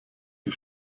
die